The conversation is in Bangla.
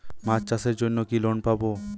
মাছ চাষের জন্য কি লোন পাব?